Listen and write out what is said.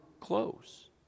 close